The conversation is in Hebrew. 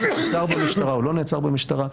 נעצר במשטרה או לא נעצר במשטרה.